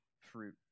fruit